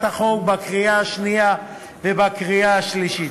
החוק בקריאה השנייה ובקריאה השלישית.